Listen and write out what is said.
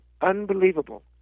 unbelievable